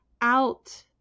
out